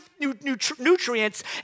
nutrients